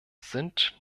sind